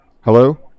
hello